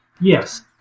Yes